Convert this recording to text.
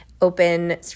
open